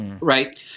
Right